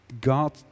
God